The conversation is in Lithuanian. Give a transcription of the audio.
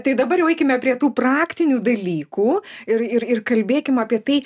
tai dabar jau eikime prie tų praktinių dalykų ir ir ir kalbėkim apie tai